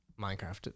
Minecraft